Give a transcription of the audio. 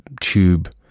Tube